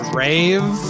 rave